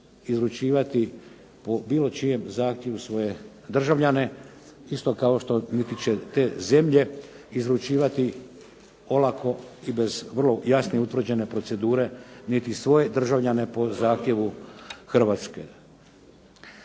izručivati po bilo čijem zahtjevu svoje državljane isto kao što niti će te zemlje izručivati olako i bez vrlo jasne i utvrđene procedure niti svoje državljane po zahtjevu Hrvatske.